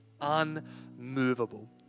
unmovable